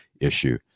issue